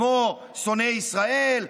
כמו: שונאי ישראל,